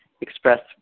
express